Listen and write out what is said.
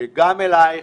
גם אלייך,